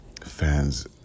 fans